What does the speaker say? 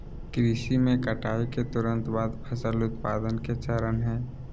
कृषि में कटाई के तुरंत बाद फसल उत्पादन के चरण हइ